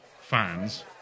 fans